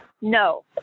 No